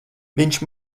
viņš